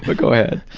but go ahead.